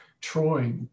Troy